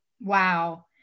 wow